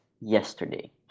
yesterday